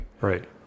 right